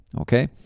Okay